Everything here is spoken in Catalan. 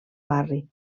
barri